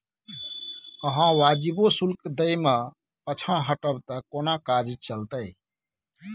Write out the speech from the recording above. अहाँ वाजिबो शुल्क दै मे पाँछा हटब त कोना काज चलतै